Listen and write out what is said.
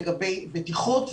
לגבי בטיחות,